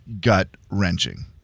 gut-wrenching